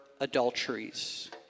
adulteries